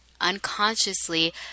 unconsciously